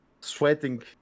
sweating